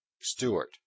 Stewart